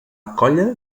colla